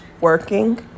working